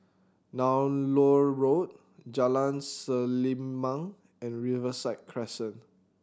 Nallur Road Jalan Selimang and Riverside Crescent